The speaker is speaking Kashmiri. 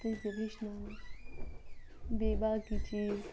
ہیٚچھناوان بیٚیہِ باقٕے چیٖز